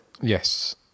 Yes